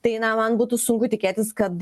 tai na man būtų sunku tikėtis kad